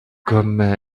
comme